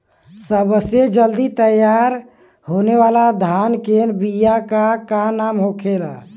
सबसे जल्दी तैयार होने वाला धान के बिया का का नाम होखेला?